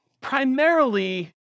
primarily